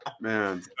Man